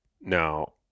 Now